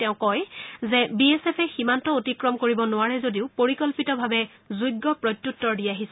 তেওঁ কয় যে বি এছ এফে সীমান্ত অতিক্ৰম কৰিব নোৱাৰে যদিও পৰিকল্পিতভাবে যোগ্য প্ৰত্যুত্তৰ দি আহিছে